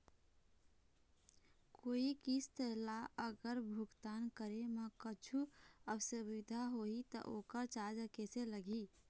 कोई किस्त ला अगर भुगतान करे म कुछू असुविधा होही त ओकर चार्ज कैसे लगी?